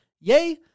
Yay